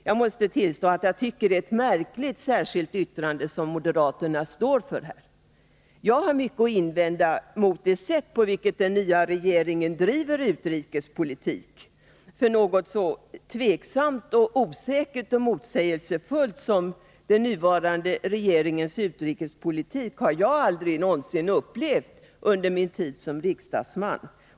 Jag tycker det är ett märkligt särskilt yttrande som moderaterna står för. Jag har mycket att invända mot det sätt på vilket den nya regeringen driver utrikespolitik, för något så tveksamt, osäkert och motsägelsefullt som den nuvarande regeringens utrikespolitik har jag aldrig upplevt under min tid som riksdagsledamot.